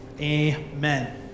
Amen